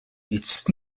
эцэст